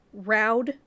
Roud